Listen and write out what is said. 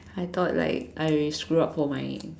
I thought like I screwed up for my